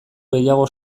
gehiago